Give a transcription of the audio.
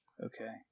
Okay